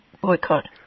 boycott